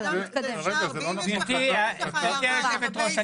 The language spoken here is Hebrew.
ואם יש לך הערה לגבי -- גברתי יושבת הראש,